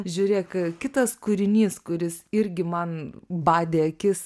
žiūrėk kitas kūrinys kuris irgi man badė akis